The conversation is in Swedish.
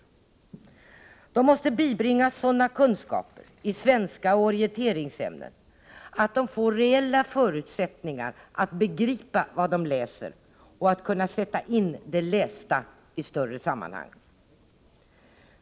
Eleverna måste bibringas sådana kunskaper i svenska och orienteringsämnen att de får reella förutsättningar att begripa vad de läser och att sätta in det lästa i ett större sammanhang.